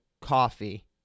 coffee